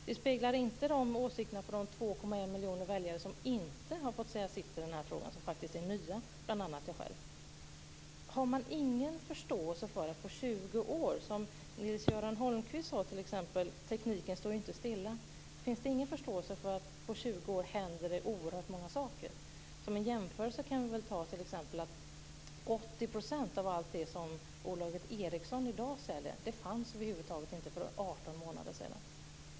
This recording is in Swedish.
Det speglar inte åsikterna hos de 2,1 miljoner nya väljare som inte har fått säga sitt i den här frågan, och jag är en av dem. Har man ingen förståelse för att det händer oerhört många saker på 20 år? Nils-Göran Holmqvist sade t.ex. att tekniken ju inte står stilla. Som en jämförelse kan jag nämna att t.ex. 80 % av allt det som bolaget Ericsson i dag säljer över huvud taget inte fanns för 18 månader sedan.